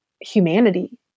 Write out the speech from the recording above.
humanity